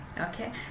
Okay